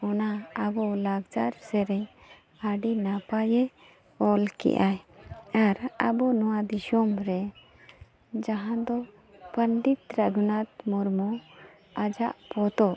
ᱚᱱᱟ ᱟᱵᱚ ᱞᱟᱠᱪᱟᱨ ᱥᱮᱨᱮᱧ ᱟᱹᱰᱤ ᱱᱟᱯᱟᱭᱮ ᱚᱞ ᱠᱮᱫᱼᱟᱭ ᱟᱨ ᱟᱵᱚ ᱱᱚᱣᱟ ᱫᱤᱥᱚᱢᱨᱮ ᱡᱟᱦᱟᱸᱫᱚ ᱯᱚᱱᱰᱤᱛ ᱨᱟᱜᱷᱩᱱᱟᱛᱷ ᱢᱩᱨᱢᱩ ᱟᱡᱟᱜ ᱯᱚᱛᱚᱵ